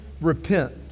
repent